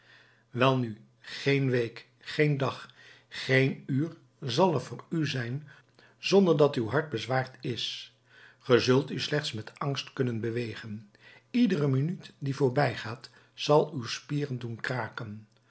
welnu geen week geen dag geen uur zal er voor u zijn zonder dat uw hart bezwaard is ge zult u slechts met angst kunnen bewegen iedere minuut die voorbijgaat zal uw spieren doen kraken